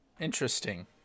interesting